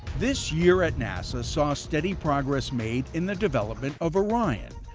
this year at nasa saw steady progress made in the development of orion,